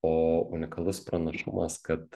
o unikalus pranašumas kad